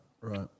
right